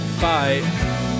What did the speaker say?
Bye